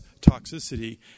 toxicity